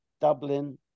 Dublin